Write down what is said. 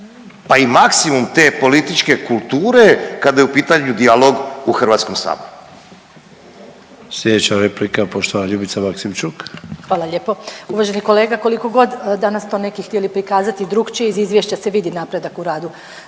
pa i maksimum te političke kulture kada je u pitanju dijalog u HS.